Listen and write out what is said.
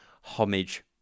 Homage